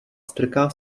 strká